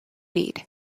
need